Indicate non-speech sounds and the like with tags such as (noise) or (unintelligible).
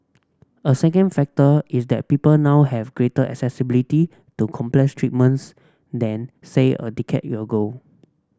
a second factor is that people now have greater accessibility to complex treatments than say a decade (unintelligible) ago